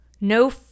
No